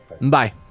Bye